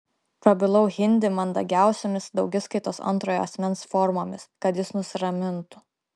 prabilau hindi mandagiausiomis daugiskaitos antrojo asmens formomis kad jis nusiramintų